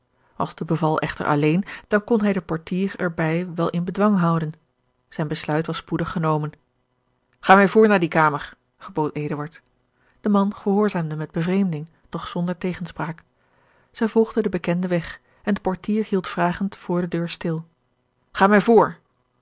echter alleen dan kon hij den portier er bij wel in bedwang houden zijn besluit was spoedig genomen ga mij voor naar die kamer gebood eduard de man gehoorzaamde met bevreemding doch zonder tegenspraak zij volgden den bekenden weg en de portier hield vragend voor de deur stil ga mij voor